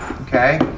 Okay